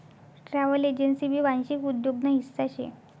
travel agency भी वांशिक उद्योग ना हिस्सा शे